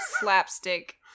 slapstick